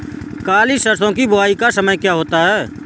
काली सरसो की बुवाई का समय क्या होता है?